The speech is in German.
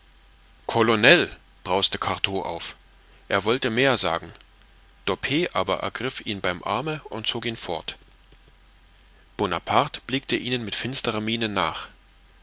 colonel brauste cartaux auf er wollte mehr sagen doppet aber ergriff ihn beim arme und zog ihn fort bonaparte blickte ihnen mit finsterer miene nach